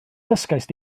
ddysgaist